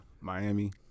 Miami